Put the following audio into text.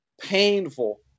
painful